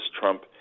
Trump